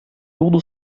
tudo